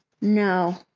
No